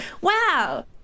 Wow